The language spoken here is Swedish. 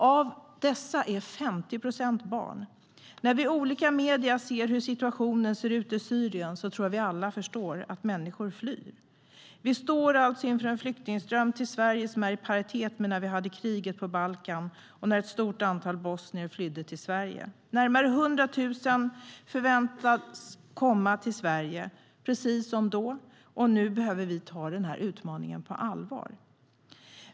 Av dessa är 50 procent barn. När vi i olika medier ser hur situationen ser ut i Syrien tror jag att vi alla förstår att människor flyr. Vi står alltså inför en flyktingström till Sverige som är i paritet med när vi hade kriget på Balkan och ett stort antal bosnier flydde till Sverige. Närmare 100 000 förväntas komma till Sverige, precis som då, och nu behöver vi ta den här utmaningen på allvar.